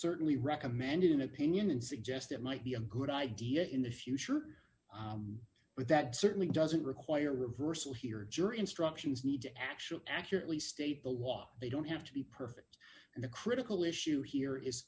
certainly recommend an opinion and suggest that might be a good idea in the future but that certainly doesn't require reversal here jury instructions need to actually accurately state the law they don't have to be perfect and the critical issue here is